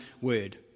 word